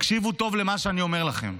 תקשיבו טוב למה שאני אומר לכם,